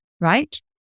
right